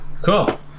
Cool